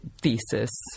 thesis